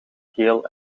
geel